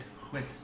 quit